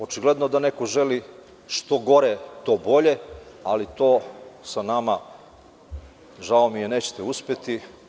Očigledno da neko želi - što gore to bolje, ali to sa nama, žao mi je, nećete uspeti.